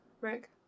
rick